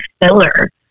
filler